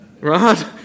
right